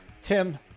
Tim